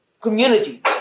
community